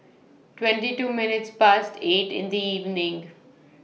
twenty two minutes Past eight in The evening